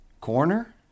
corner